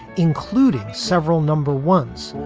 including several number ones,